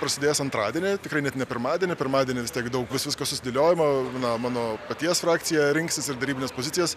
prasidės antradienį tikrai net ne pirmadienį pirmadienį vis tiek daug bus visko sudėliojimo mano mano paties frakcija rinksis ir derybines pozicijas